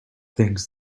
things